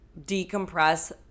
decompress